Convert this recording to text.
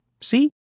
See